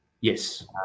Yes